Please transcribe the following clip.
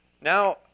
Now